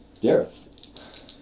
Dareth